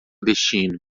destino